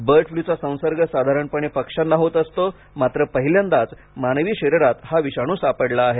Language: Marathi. बर्ड फ्लूचा संसर्ग साधारणपणे पक्ष्यांना होत असतो मात्र पहिल्यांदाच मानवी शरीरात हा विषाणू सापडला आहे